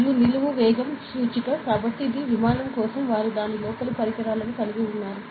మరియు నిలువు వేగం సూచిక కాబట్టి ఇది విమానం కోసం వారు దాని లోపల పరికరాలను కలిగి ఉన్నారు